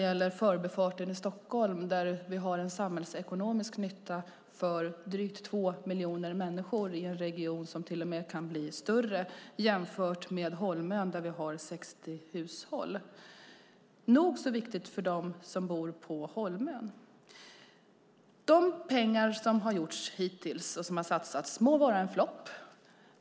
Där har vi en samhällsekonomisk nytta för drygt två miljoner människor i en region som till och med kan bli större. På Holmön finns det 60 hushåll. Men detta är nog så viktigt för dem som bor på Holmön. De pengar som hittills har satsats må vara en flopp.